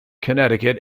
connecticut